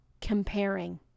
comparing